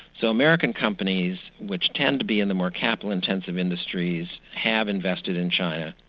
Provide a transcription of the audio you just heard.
so american companies, which tend to be in the more capital-intensive industries, have invested in china,